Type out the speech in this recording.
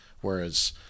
Whereas